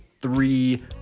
three